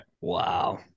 Wow